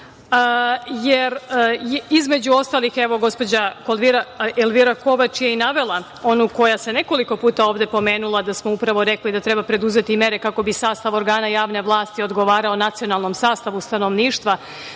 između ostalog, gospođa Elvira Kovač je i navela onu koja se nekoliko puta ovde pomenula, da smo upravo rekli da treba preduzeti mere kako bi sastav organa javne vlasti odgovarao nacionalnom sastavu stanovništva